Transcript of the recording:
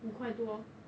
五块多